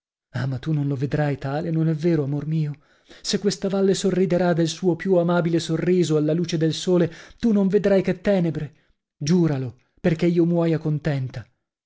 ah ma tu non lo vedrai tale non è vero amor mio se questa valle sorriderà del suo più amabile sorriso alla luce del sole tu non vedrai che tenebre giuralo perchè io muoia contenta